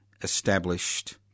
established